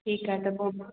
ठीकु आहे त पोइ